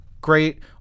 great